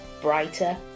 brighter